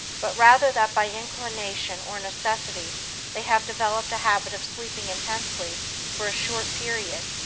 but rather that by inclination or necessity they have developed a habit of sleeping intensely for a short period,